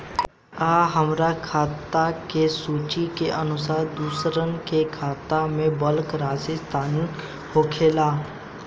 आ हमरा खाता से सूची के अनुसार दूसरन के खाता में बल्क राशि स्थानान्तर होखेला?